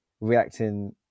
reacting